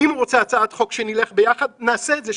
אם הוא רוצה ללכת ביחד על הצעת חוק, נעשה את זה.